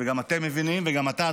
וגם אתה,